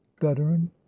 veteran